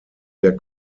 der